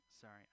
sorry